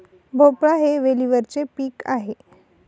भोपळा हे वेलीवरचे पीक आहे